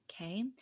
Okay